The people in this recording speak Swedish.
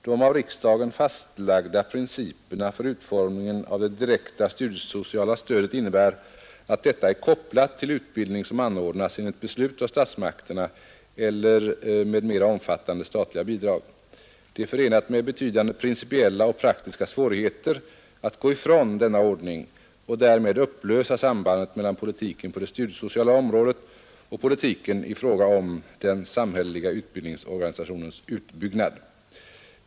De av riksdagen fastlagda principerna för utformningen av det direkta studiesociala stödet innebär att detta är kopplat till utbildning som anordnas enligt beslut av statsmakterna eller med mera omfattande statligt bidrag. Det är förenat med betydande principiella och praktiska svårigheter att gå ifrån denna ordning och därmed upplösa sambandet mellan politiken på det studiesocialu området och politiken i fråga om den samhälleliga utbildningsorganisationens utbyggnad.